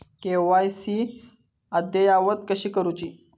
KYC अद्ययावत कशी करुची?